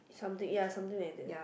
something ya something like that